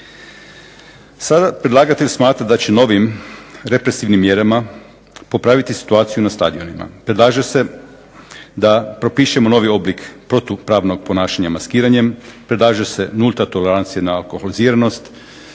Sada predlagatelj smatra da će novim represivnim mjerama popraviti situaciju na stadionima. Predlaže se da propišemo novi oblik protupravnog ponašanja maskiranjem, predlaže se nulta tolerancija na alkoholiziranost,